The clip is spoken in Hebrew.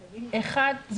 אחת,